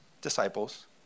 disciples